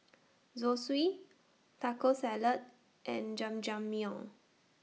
Zosui Taco Salad and Jajangmyeon